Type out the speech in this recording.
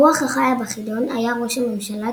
הרוח החיה בחידון היה ראש הממשלה,